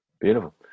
Beautiful